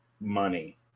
money